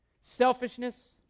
selfishness